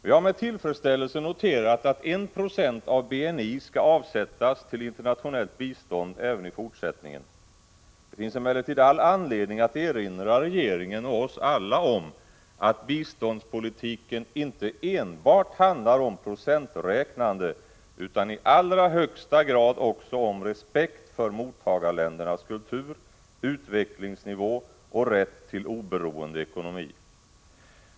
Vi har med tillfredsställelse noterat att 1 26 av BNI skall avsättas till internationellt bistånd även i fortsättningen. Det finns emellertid all anledning att erinra regeringen och oss alla om att biståndspolitiken inte enbart handlar om procenträknande utan i allra högsta grad också om respekt för mottagarländernas kultur, utvecklingsnivå och rätt till oberoende ekonomi.